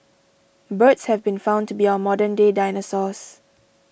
birds have been found to be our modern day dinosaurs